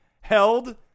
held